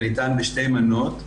זה ניתן בשתי מנות,